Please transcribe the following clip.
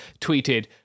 tweeted